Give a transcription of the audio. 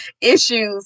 Issues